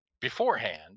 beforehand